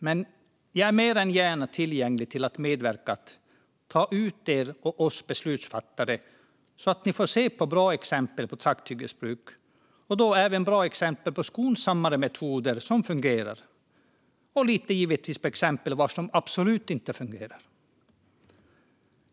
Men jag är mer än gärna tillgänglig för att medverka till att ta ut er beslutsfattare, så att ni får se på bra exempel på trakthyggesbruk och då även bra exempel på skonsammare metoder som fungerar, och givetvis lite exempel på vad som absolut inte fungerar.